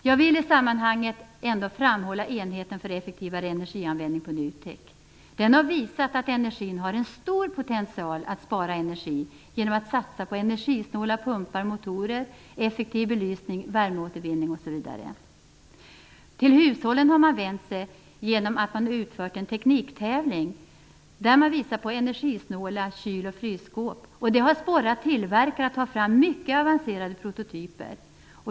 Jag vill i sammanhanget ändå framhålla enheten för effektivare energianvändning på NUTEK. Den har visat att industrin har en stor potential för att spara energi genom att satsa på energisnåla pumpar och motorer, effektiv belysning, värmeåtervinning osv. Till hushållen har man vänt sig genom att man utfört en tekniktävling, som visar på energisnåla kyloch frysskåp. Det har sporrat tillverkare att ta fram mycket avancerade prototyper.